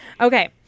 Okay